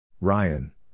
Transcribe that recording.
Ryan